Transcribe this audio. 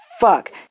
Fuck